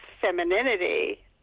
femininity